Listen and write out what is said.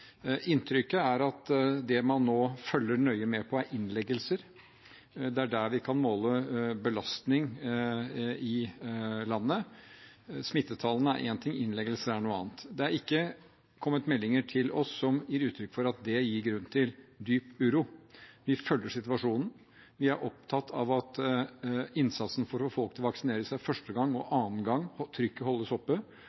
Inntrykket er at det man nå følger nøye med på, er innleggelser. Det er der vi kan måle belastningen i landet. Smittetallene er én ting; innleggelser er noe annet. Det er ikke kommet meldinger til oss som gir uttrykk for at det gir grunn til dyp uro. Vi følger situasjonen. Vi er opptatt av innsatsen for å få folk til å vaksinere seg første og annen gang og